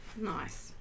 Nice